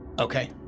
Okay